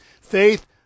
Faith